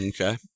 Okay